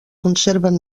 conserven